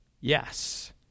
Yes